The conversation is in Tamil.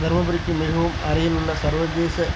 தர்மபுரிக்கு மிகவும் அருகில் உள்ள சர்வதேச